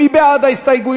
מי בעד?